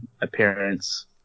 appearance